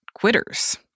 quitters